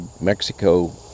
Mexico